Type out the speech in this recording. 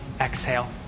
exhale